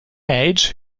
age